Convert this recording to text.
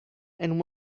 and